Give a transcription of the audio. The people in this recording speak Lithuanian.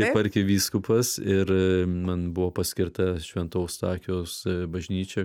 kaip arkivyskupas ir man buvo paskirta švento eustachijaus bažnyčia